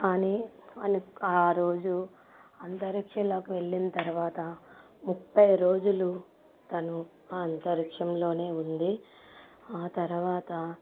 కానీ అను ఆరోజు అంతరిక్షంలోకి వెళ్ళిన తర్వాత ముప్పై రోజులు తను ఆ అంతరిక్షంలోనే ఉంది ఆ తర్వాత